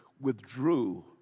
withdrew